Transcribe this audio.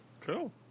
cool